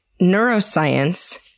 neuroscience